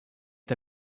est